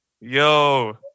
Yo